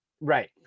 Right